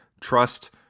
trust